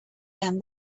and